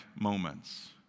moments